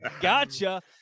Gotcha